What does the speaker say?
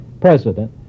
president